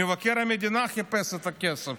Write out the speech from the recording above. מבקר המדינה חיפש את הכסף,